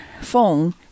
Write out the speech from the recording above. phone